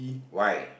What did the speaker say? why